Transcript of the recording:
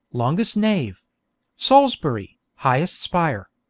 longest nave salisbury, highest spire.